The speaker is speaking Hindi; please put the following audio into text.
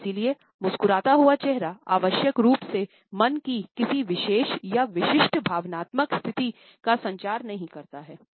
और इसलिए मुस्कुराता हुआ चेहरा आवश्यक रूप से मन की किसी विशेष या विशिष्ट भावनात्मक स्थिति का संचार नहीं करता है